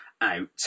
out